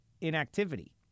inactivity